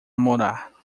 morar